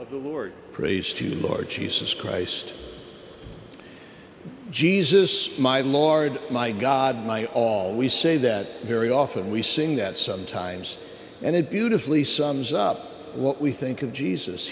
of the lord praise to lord jesus christ jesus my lord my god my all we say that very often we sing that sometimes and it beautifully sums up what we think of jesus